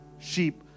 sheep